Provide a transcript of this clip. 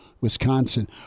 Wisconsin